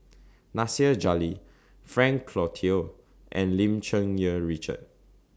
Nasir Jalil Frank Cloutier and Lim Cherng Yih Richard